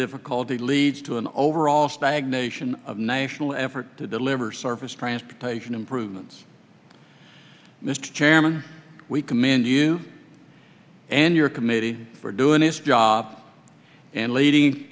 difficulty leads to an overall stagnation of national effort to deliver surface transportation improvements mr chairman we commend you and your committee for doing this job and lead